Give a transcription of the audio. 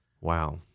Wow